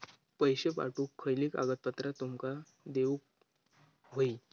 पैशे पाठवुक खयली कागदपत्रा तुमका देऊक व्हयी?